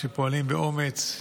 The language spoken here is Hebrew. שפועלים באומץ,